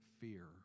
fear